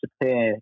disappear